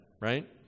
right